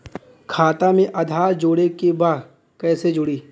खाता में आधार जोड़े के बा कैसे जुड़ी?